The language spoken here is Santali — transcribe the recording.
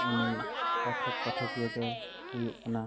ᱩᱱᱤ ᱯᱟᱴᱷᱚᱠ ᱯᱟᱴᱷᱚᱠᱤᱭᱟᱹ ᱫᱚ ᱦᱩᱭᱩᱜ ᱠᱟᱱᱟᱭ